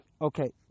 Okay